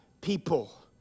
people